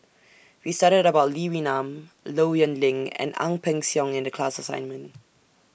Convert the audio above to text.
We studied about Lee Wee Nam Low Yen Ling and Ang Peng Siong in The class assignment